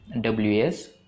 WS